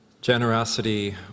Generosity